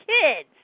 kids